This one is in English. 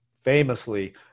famously